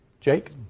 Jake